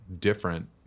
different